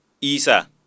isa